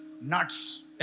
nuts